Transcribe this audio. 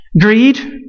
Greed